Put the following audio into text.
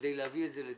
כדי להביא את זה לדיון.